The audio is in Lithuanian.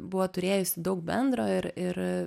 buvo turėjusi daug bendro ir ir